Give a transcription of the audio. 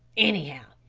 anyhow,